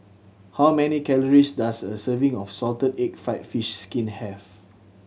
how many calories does a serving of salted egg fried fish skin have